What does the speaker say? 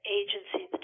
agency